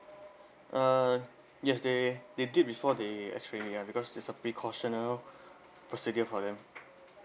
uh yes they they did before they X-ray me ya because it's a precautional procedure for them